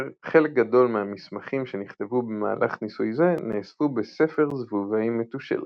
חלק גדול מהמסמכים שנכתבו במהלך ניסוי זה נאספו בספר זבובי מתושלח.